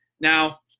Now